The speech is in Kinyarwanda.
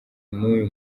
n’uyu